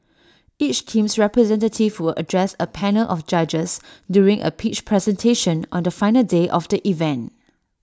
each team's representative address A panel of judges during A pitch presentation on the final day of the event